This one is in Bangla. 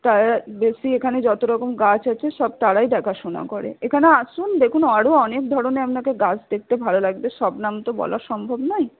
তারা বেশি এখানে যত রকম গাছ আছে সব তারাই দেখাশোনা করে এখানে আসুন দেখুন আরও অনেক ধরনের আপনাকে গাছ দেখতে ভালো লাগবে সব নাম তো বলা সম্ভব নয়